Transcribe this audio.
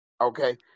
Okay